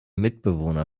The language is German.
mitbewohner